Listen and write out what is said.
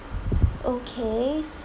okay